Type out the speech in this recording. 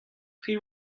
tri